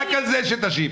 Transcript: רק על זה שתשיב.